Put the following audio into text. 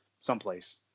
someplace